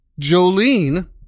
jolene